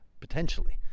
potentially